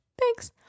Thanks